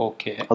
Okay